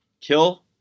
kill